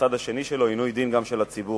ומהצד השני שלה, גם עינוי דין של הציבור.